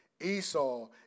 Esau